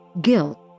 guilt